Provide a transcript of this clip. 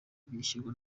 byishyurwa